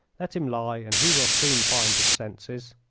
let him lie and he will soon find his senses.